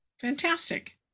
Fantastic